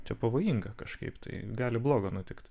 čia pavojinga kažkaip tai gali bloga nutikt